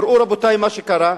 וראו, רבותי, מה שקרה,